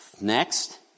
Next